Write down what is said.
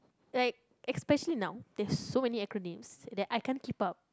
like especially now there's so many acronyms that I can't keep up